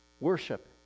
worship